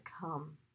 come